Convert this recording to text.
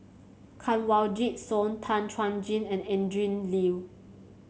Kanwaljit Soin Tan Chuan Jin and Adrin Loi